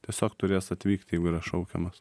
tiesiog turės atvykt jeigu yra šaukiamas